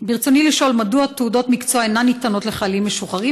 ברצוני לשאול: מדוע תעודות מקצוע אינן ניתנות לחיילים משוחררים?